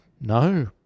No